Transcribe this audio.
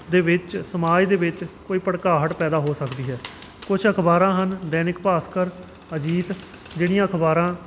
ਦੇ ਵਿੱਚ ਸਮਾਜ ਦੇ ਵਿੱਚ ਕੋਈ ਭੜਕਾਹਟ ਪੈਦਾ ਹੋ ਸਕਦੀ ਹੈ ਕੁਝ ਅਖ਼ਬਾਰਾਂ ਹਨ ਦੈਨਿਕ ਭਾਸਕਰ ਅਜੀਤ ਜਿਹੜੀਆਂ ਅਖ਼ਬਾਰਾਂ